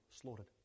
slaughtered